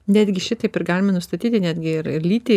netgi šitaip ir galima nustatyti netgi ir ir lytį